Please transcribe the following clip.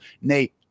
Nate